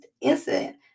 incident